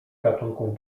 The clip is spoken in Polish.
gatunków